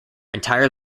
entire